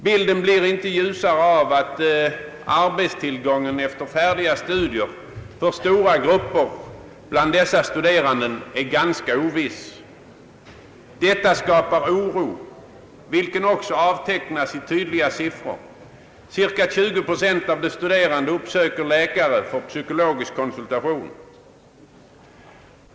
Bilden blir inte ljusare av att arbetstillgången efter avslutade studier för stora grupper bland de studerande är ganska oviss. Detta skapar oro, vilken också avtecknas i tydliga siffror. Cirka 20 procent av de studerande uppsöker läkare på psykologisk konsultation.